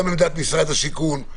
גם לדעת משרד השיכון,